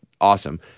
awesome